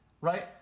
Right